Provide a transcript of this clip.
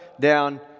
down